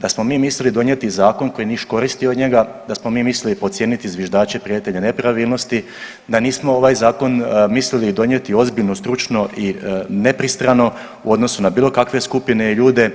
Da smo mi mislili donijeti zakon koji niš koristi od njega, da smo mi mislili podcijeniti zviždače, prijavitelje nepravilnosti, da nismo ovaj zakon mislili donijeti ozbiljno, stručno i nepristrano u odnosu na bilo kakve skupine i ljude